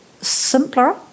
simpler